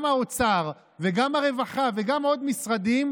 גם האוצר וגם הרווחה וגם עוד משרדים,